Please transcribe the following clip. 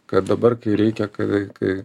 kad dabar kai reikia kai kai